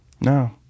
No